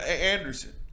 Anderson